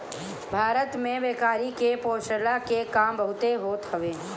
भारत में बकरी के पोषला के काम बहुते होत हवे